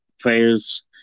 players